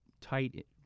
tight